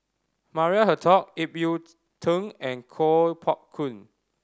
Maria Hertogh Ip Yiu Tung and Kuo Pao Kun